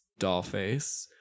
Dollface